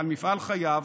"על מפעל חייו,